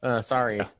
Sorry